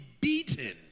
beaten